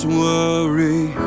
worry